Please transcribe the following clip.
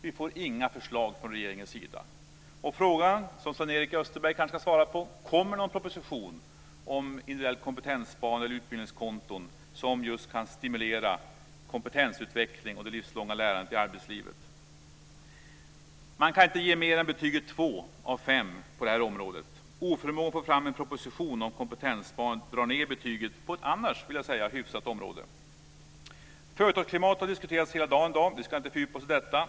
Vi får inga förslag från regeringens sida. Min fråga, som kanske Sven-Erik Österberg kan svara på, är: Kommer det någon proposition om individuellt kompetenssparande eller utbildningskonton som just kan stimulera kompetensutvecklingen och det livslånga lärandet i arbetslivet. Man kan inte ge mer än betyget 2 av 5 på det här området. Oförmågan att få fram en proposition om kompetenssparande på ett annars, vill jag säga, hyfsat område drar ned betyget. Företagsklimatet har diskuterats hela dagen i dag. Vi ska inte fördjupa oss i detta.